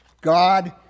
God